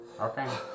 Okay